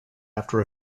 after